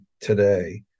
Today